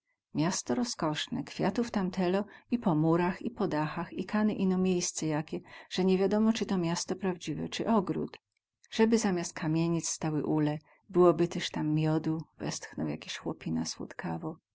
miasto rozkosne kwiatów tam telo i po murach i po dachach i kany ino miejsce jakie ze nie wiadomo cy to miasto prawdziwe cy ogród zeby zamiast kamienic stały ule byłoby tyz tam miodu westchnął jakiś chłopina